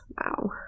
Wow